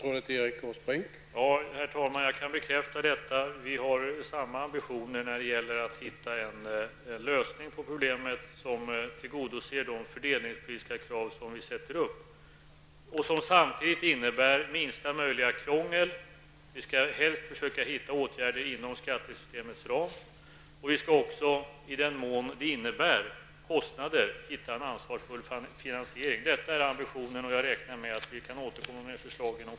Herr talman! Jag kan bekräfta detta. Vi har samma ambitioner när det gäller att hitta en lösning på problemet som tillgodoser de fördelningspolitiska krav som vi sätter upp och som samtidigt innebär minsta möjliga krångel. Vi skall helst försöka vidta åtgärder inom skattesystemets ram. Vi skall också, i den mån det innebär kostnader, hitta en ansvarsfull finansiering. Detta är ambitionen. Jag räknar med att vi kan återkomma med förslag inom kort.